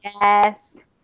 Yes